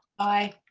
i.